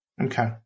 Okay